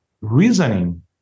reasoning